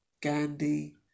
Gandhi